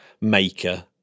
maker